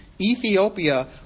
Ethiopia